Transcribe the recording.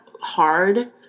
hard